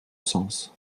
sens